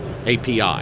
API